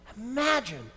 Imagine